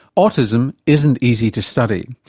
autism isn't easy to study.